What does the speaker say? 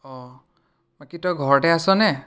অঁ কি তই ঘৰতে আছ নে